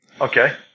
Okay